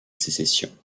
sécession